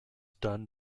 done